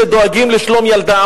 שדואגים לשלום ילדם,